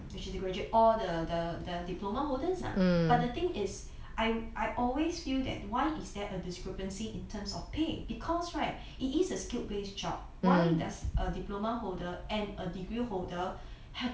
which is the graduate or the the diploma holders but the thing is I always feel that why is there a discrepancy in terms of pay because right it is a skilled based job why does a diploma holder and a degree holder had to be of different pay